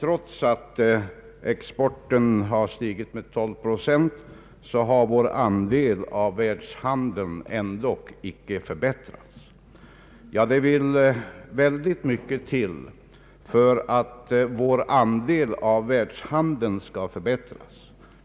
Trots att exporten stigit med 12 procent, har vår andel av världshandeln icke förbättrats, sade herr Bohman. Det vill väldigt mycket till för att vår andel av världshandeln skall förbättras.